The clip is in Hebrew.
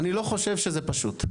אני לא חושב שזה פשוט.